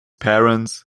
parents